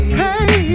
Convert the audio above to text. hey